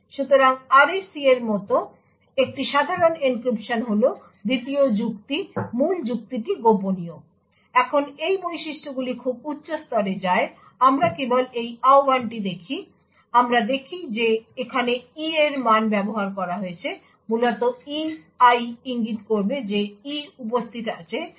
সুতরাং RAC এর মতো একটি সাধারণ এনক্রিপশন হল দ্বিতীয় যুক্তি মূল যুক্তিটি গোপনীয় এখন এই বৈশিষ্ট্যগুলি খুব উচ্চ স্তরে যায় আমরা কেবল এই আহ্বানটি দেখি আমরা দেখি যে এখানে e এর মান ব্যবহার করা হয়েছে মূলত e i ইঙ্গিত করবে যে e উপস্থিত আছে i তে